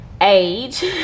age